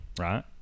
right